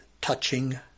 touching